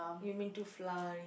you mean too floury